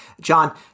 John